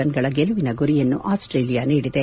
ರನ್ಗಳ ಗೆಲುವಿನ ಗುರಿಯನ್ನು ಆಸ್ಟೇಲಿಯಾ ನೀಡಿದೆ